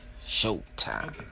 showtime